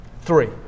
Three